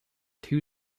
two